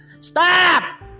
stop